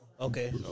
Okay